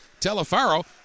Telefaro